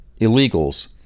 illegals